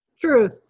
Truth